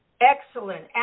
Excellent